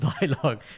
dialogue